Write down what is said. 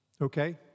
Okay